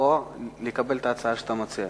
או לקבל את ההצעה שאתה מציע.